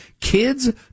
Kids